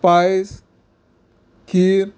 पायस खीर